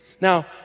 Now